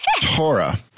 Torah